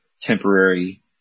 temporary